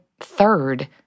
third